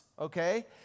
okay